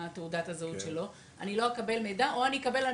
אז האם אני לא אקבל מידע או שאקבל מידע